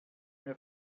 mehr